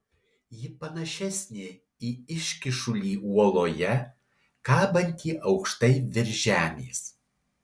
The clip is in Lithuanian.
ji panašesnė į iškyšulį uoloje kabantį aukštai virš žemės